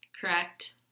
Correct